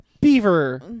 beaver